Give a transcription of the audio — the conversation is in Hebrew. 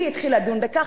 מי התחיל לדון בכך,